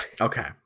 Okay